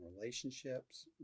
relationships